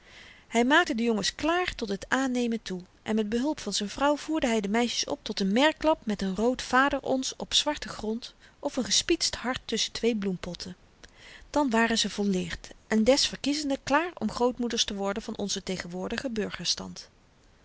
hy maakte de jongens klaar tot het aannemen toe en met behulp van z'n vrouw voerde hy de meisjes op tot n merklap met n rood vader ons op zwarten grond of n gespietst hart tusschen twee bloempotten dan waren ze volleerd en des verkiezende klaar om grootmoeders te worden van onzen tegenwoordigen